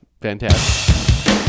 Fantastic